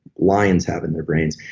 lions have in their brains.